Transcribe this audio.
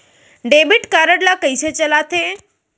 Debit card ला कइसे चलाते?